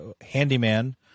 Handyman